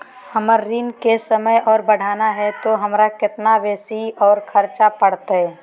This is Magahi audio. हमर ऋण के समय और बढ़ाना है तो हमरा कितना बेसी और खर्चा बड़तैय?